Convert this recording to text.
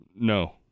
No